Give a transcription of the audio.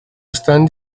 están